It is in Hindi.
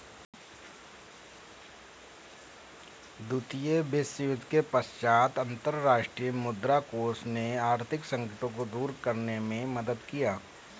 द्वितीय विश्वयुद्ध के पश्चात अंतर्राष्ट्रीय मुद्रा कोष ने आर्थिक संकटों को दूर करने में मदद किया